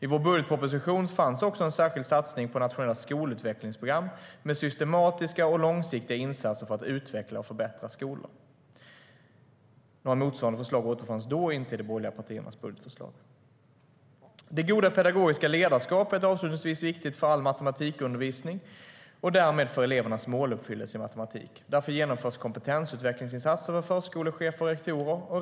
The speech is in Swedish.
I vår budgetproposition fanns också en särskild satsning på nationella skolutvecklingsprogram med systematiska och långsiktiga insatser för att utveckla och förbättra skolor. Några motsvarande förslag återfanns inte i de borgerliga partiernas budgetförslag. Det goda pedagogiska ledarskapet är viktigt för all matematikundervisning och därmed för elevernas måluppfyllelse i matematik. Därför genomförs kompetensutvecklingsinsatser för förskolechefer och rektorer.